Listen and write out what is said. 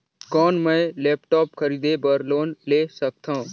कौन मैं लेपटॉप खरीदे बर लोन ले सकथव?